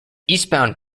eastbound